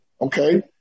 okay